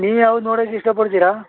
ನೀವು ಯಾವ್ದು ನೋಡಕ್ಕೆ ಇಷ್ಟಪಡ್ತೀರಾ